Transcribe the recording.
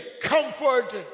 comfort